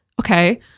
okay